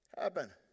happen